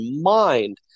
mind